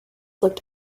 looked